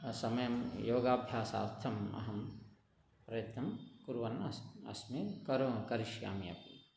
समयं योगाभ्यासार्थम् अहं प्रयत्नं कुर्वन् अस्मि अस्मि करो करिष्यामि अपि